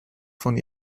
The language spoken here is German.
von